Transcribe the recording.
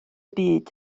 byd